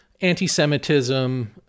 anti-Semitism